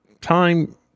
time